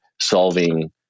solving